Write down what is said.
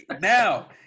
now